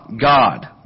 God